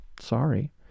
Sorry